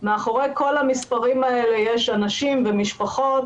מאחורי כל המספרים האלה יש אנשים ומשפחות